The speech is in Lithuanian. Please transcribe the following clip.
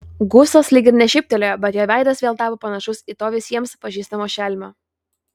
gustas lyg ir nešyptelėjo bet jo veidas vėl tapo panašus į to visiems pažįstamo šelmio